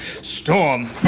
storm